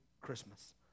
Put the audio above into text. Christmas